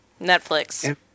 Netflix